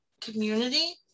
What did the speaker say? community